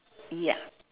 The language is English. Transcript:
ya